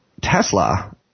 Tesla